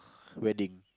wedding